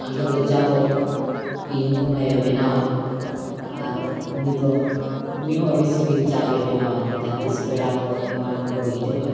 ᱟᱞᱮᱫᱚ ᱪᱟ ᱫᱚ ᱤᱧ ᱦᱚᱯᱚᱱ ᱟᱭᱳᱭ ᱵᱮᱱᱟᱣᱟ ᱟᱨ ᱩᱱᱤᱫᱚ ᱩᱱᱤᱦᱚᱸ ᱟᱹᱰᱤ ᱥᱤᱵᱤᱞ ᱪᱟᱜᱮ ᱵᱮᱱᱟᱣᱟᱭ ᱡᱟᱦᱟᱸᱛᱤᱥ ᱯᱮᱲᱟᱠᱚ ᱮᱢᱟᱱ ᱠᱚᱠᱚ ᱦᱤᱡᱩᱜᱼᱟ